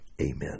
Amen